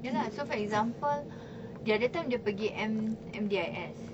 ya lah so for example the other time dia pergi M M_D_I_S